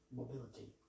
mobility